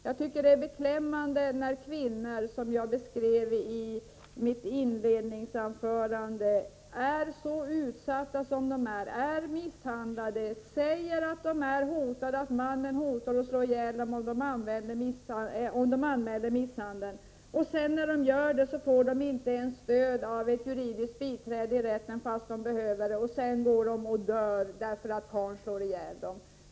Jag tycker det är beklämmande med kvinnor som är utsatta och misshandlade och som säger att mannen hotar att slå ihjäl dem om de anmäler misshandeln. När de sedan ändå gör det får de inte ens stöd av ett juridiskt biträde i rätten, fast de behöver det, och sedan slår karlen ihjäl dem.